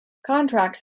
contracts